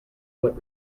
what